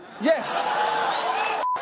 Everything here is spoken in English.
Yes